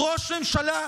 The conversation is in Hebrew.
ארבע,